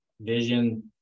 Vision